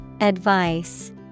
Advice